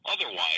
Otherwise